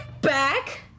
back